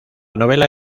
novela